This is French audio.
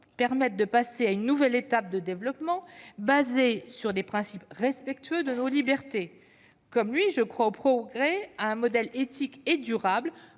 permettre de passer à une nouvelle étape de développement basée sur des principes respectueux de nos libertés ? Comme Tariq Krim, je crois au progrès, à un modèle éthique et durable